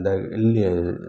இந்த